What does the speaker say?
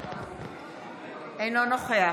אינו נוכח